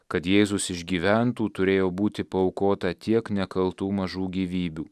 kad jėzus išgyventų turėjo būti paaukota tiek nekaltų mažų gyvybių